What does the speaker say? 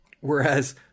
Whereas